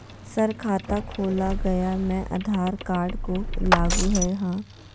Sir खाता खोला गया मैं आधार कार्ड को लागू है हां?